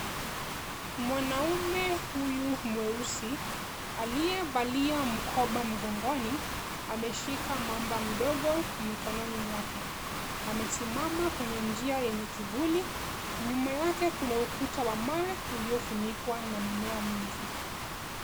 Mwanaume huyu mweusi aliyevalia mkoba mgongoni ameshika mamba mdogo mikononi mwake amesimama kwenye njia yenye kivuli. Nyuma yake kuna ukuta wa mawe ulio funikwa na mimea mingi.